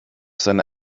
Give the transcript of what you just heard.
seine